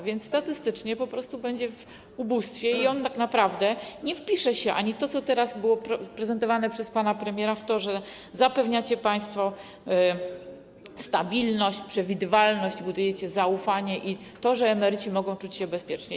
Więc statystycznie po prostu będzie żył w ubóstwie i tak naprawdę nie wpisze się ani w to, co było prezentowane przez pana premiera, w to, że zapewniacie państwo stabilność, przewidywalność, budujecie zaufanie, ani w to, że emeryci mogą czuć się bezpiecznie.